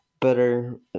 better